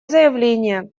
заявление